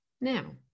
Now